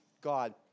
God